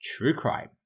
TRUECRIME